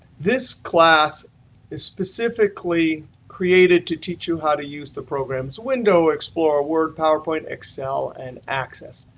this class is specifically created to teach you how to use the programs window explorer, word, powerpoint, excel, and access.